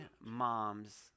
moms